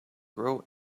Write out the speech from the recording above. grow